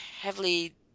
heavily